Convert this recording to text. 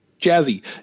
Jazzy